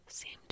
seemed